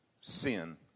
sin